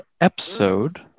episode